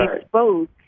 exposed